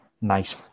nice